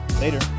Later